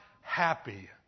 happy